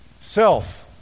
Self